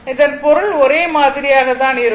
இதன் பொருள் ஒரே மாதிரியாக தான் இருக்கும்